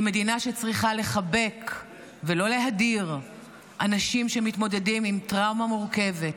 היא מדינה שצריכה לחבק ולא להדיר אנשים שמתמודדים עם טראומה מורכבת.